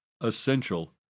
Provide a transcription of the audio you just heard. essential